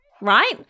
Right